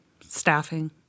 staffing